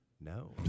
No